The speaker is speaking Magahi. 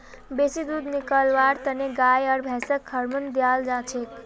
बेसी दूध निकलव्वार तने गाय आर भैंसक हार्मोन दियाल जाछेक